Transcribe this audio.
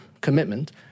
commitment